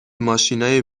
ماشینای